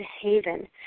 haven